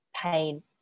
pain